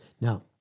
Now